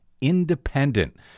independent